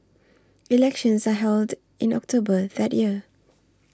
elections are held in October that year